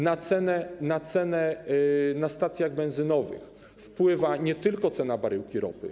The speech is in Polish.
Poza tym na cenę na stacjach benzynowych wpływa nie tylko cena baryłki ropy.